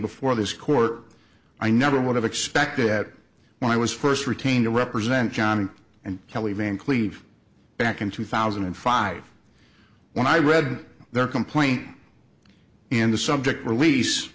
before this court i never would have expected that when i was first retained to represent john and kelly van cleef back in two thousand and five when i read their complaint in the subject release